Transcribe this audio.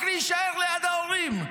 רק להישאר ליד ההורים.